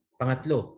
pangatlo